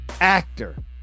actor